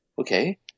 okay